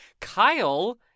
Kyle